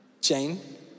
Jane